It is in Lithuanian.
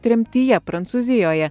tremtyje prancūzijoje